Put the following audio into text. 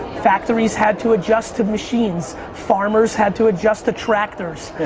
factories had to adjust to machines. farmers had to adjust the tractors.